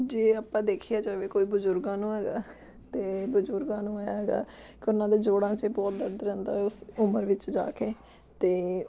ਜੇ ਆਪਾਂ ਦੇਖਿਆ ਜਾਵੇ ਕੋਈ ਬਜ਼ੁਰਗਾਂ ਨੂੰ ਹੈਗਾ ਅਤੇ ਬਜ਼ੁਰਗਾਂ ਨੂੰ ਐਂ ਹੈਗਾ ਕਿ ਉਹਨਾਂ ਦੇ ਜੋੜਾਂ 'ਚ ਬਹੁਤ ਦਰਦ ਰਹਿੰਦਾ ਉਸ ਉਮਰ ਵਿੱਚ ਜਾ ਕੇ ਅਤੇ